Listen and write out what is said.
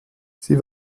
sie